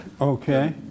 Okay